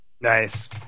Nice